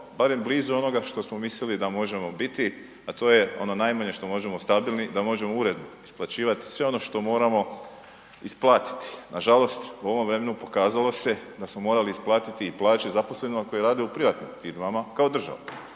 barem blizu onoga što smo mislili da možemo biti, a to je ono najmanje što možemo, stabilni, da možemo uredno isplaćivati sve ono što moramo isplatiti. Nažalost u ovom vremenu pokazalo se da smo morali isplatiti i plaće zaposlenih koji rade u privatnim firmama kao država.